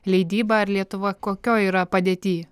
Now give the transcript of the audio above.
leidyba ar lietuva kokioj yra padėty